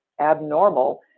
abnormal